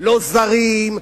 לא זרים.